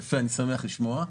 יפה, אני שמח לשמוע.